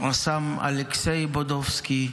רס"מ אלכסיי בודובסקי,